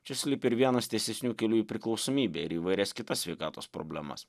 čia slypi ir vienas tiesesnių kelių į priklausomybę ir į įvairias kitas sveikatos problemas